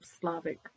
Slavic